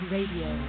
Radio